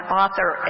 author